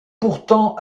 pourtant